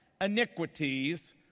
iniquities